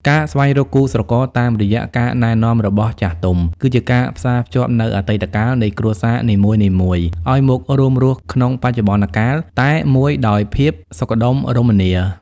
ការស្វែងរកគូស្រករតាមរយៈការណែនាំរបស់ចាស់ទុំ គឺជាការផ្សារភ្ជាប់នូវ "អតីតកាល" នៃគ្រួសារនីមួយៗឱ្យមករួមរស់ក្នុង "បច្ចុប្បន្នកាល" តែមួយដោយភាពសុខដុមរមនា។